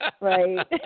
Right